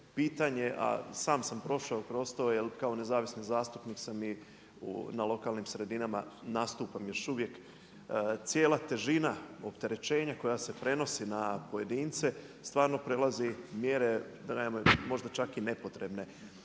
a sam sam prošao kroz to, jer kao nezavisni zastupnik sam i na lokalnim sredinama nastupam još uvijek. Cijela težina opterećenja koja se prenosi na pojedince stvarno prelazi mjere da kažem možda čak i nepotrebne.